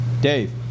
Dave